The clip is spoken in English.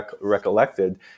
recollected